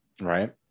right